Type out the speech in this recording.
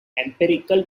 empirical